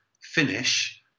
finish